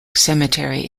cemetery